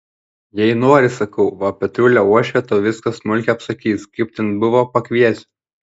jei nori sakau va petrulio uošvė tau viską smulkiai apsakys kaip ten buvo pakviesiu